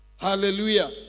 hallelujah